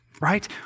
right